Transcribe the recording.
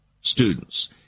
students